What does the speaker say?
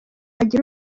agira